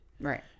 Right